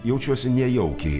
jaučiuosi nejaukiai